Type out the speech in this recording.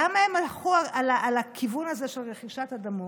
למה הם הלכו על הכיוון הזה של רכישת אדמות?